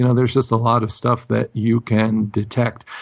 and there's just a lot of stuff that you can detect.